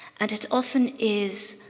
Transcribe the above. and it often is